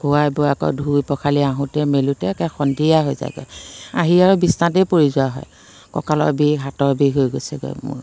খোৱাই বোৱাই আকৌ ধুই পখালি আহোঁতে মেলোঁতে একে সন্ধিয়া হৈ যায়গৈ আহি আৰু বিচনাতেই পৰি যোৱা হয় কঁকালৰ বিষ হাতৰ বিষ হৈ গৈছেগৈ মোৰ